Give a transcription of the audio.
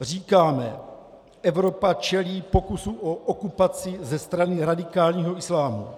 Říkáme, Evropa čelí pokusu o okupaci ze strany radikálního islámu.